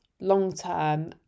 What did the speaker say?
long-term